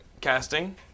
casting